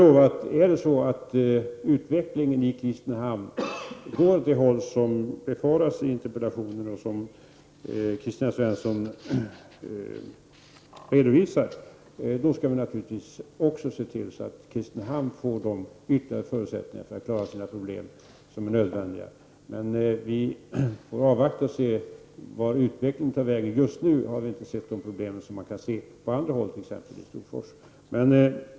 Om utvecklingen i Kristinehamn går åt det håll som Kristina Svensson befarar och som redovisas i interpellationen kan jag lova att vi skall se till att Kristinehamn får de förutsättningar som är nödvändiga för att kommunen skall kunna klara av sina problem. Vi får avvakta och se åt vilket håll utvecklingen går. Just nu kan vi i Kristinehamn inte se de problem som kan iakttas på andra håll, t.ex. i Storfors.